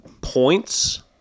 points